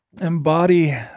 Embody